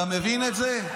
אתה מבין את זה?